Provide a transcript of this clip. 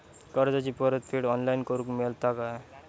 कर्जाची परत फेड ऑनलाइन करूक मेलता काय?